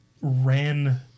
ran